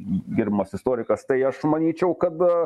gerbiamas istorikas tai aš manyčiau kad